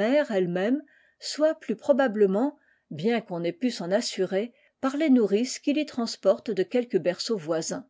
elle-même soit plus probablement bien qu'on n'ait pu s'en assurer par les nourrices qui l'y transportent de quelque berceau voisin